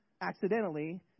accidentally